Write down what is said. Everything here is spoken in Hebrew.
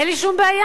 אין לי שום בעיה,